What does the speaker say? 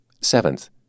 Seventh